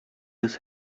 his